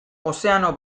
ozeano